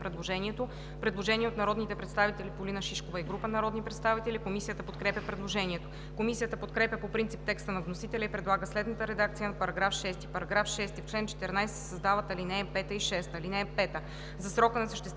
Предложение от народния представител Полина Шишкова и група народни представители. Комисията подкрепя предложението. Комисията подкрепя по принцип текста на вносителя и предлага следната редакция на § 6: „§ 6. В чл. 14 се създават ал. 5 и 6: „(5)